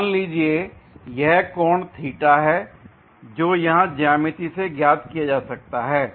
मान लीजिए कि यह कोण है जो यहाँ ज्यामिति से ज्ञात किया जा सकता है